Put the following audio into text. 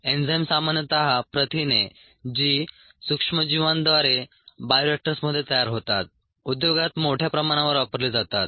enzyme सामान्यतः प्रथिने जी सूक्ष्मजीवांद्वारे बायोरिएक्टर्समध्ये तयार होतात उद्योगात मोठ्या प्रमाणावर वापरली जातात